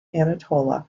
anatolia